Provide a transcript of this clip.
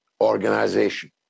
organization